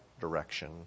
direction